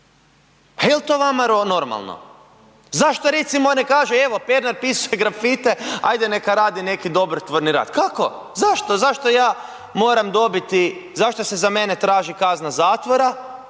jel to vama normalno? Pa zašto recimo ne kažu, evo Pernar je pisao grafite ajde neka radi neki dobrotvorni rad. Kako, zašto, zašto ja moram dobiti, zašto